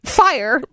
fire